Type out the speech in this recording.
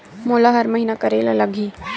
मोला हर महीना करे ल लगही?